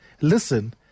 listen